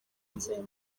nzemera